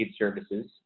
Services